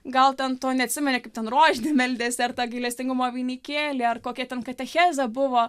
gal ten to neatsimeni kaip ten rožinį meldėsi ar tą gailestingumo vainikėlį ar kokia ten katechezė buvo